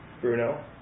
Bruno